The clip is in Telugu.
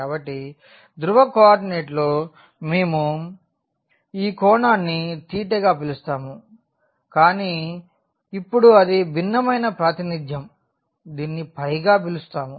కాబట్టి ధ్రువ కోఆర్డినేట్లో మేము ఈ కోణాన్నిగా పిలుస్తాము కానీ ఇప్పుడు అది భిన్నమైన ప్రాతినిధ్యం దీనిని గా పిలుస్తాము